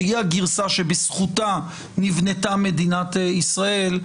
שהיא הגרסה שבזכותה נבנתה מדינת ישראל,